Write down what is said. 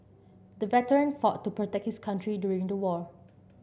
the veteran fought to protect his country during the war